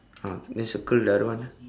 ah then circle the other one ah